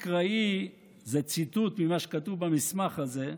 וזה ציטוט ממה שכתוב במסמך הזה,